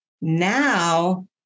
Now